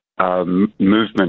Movement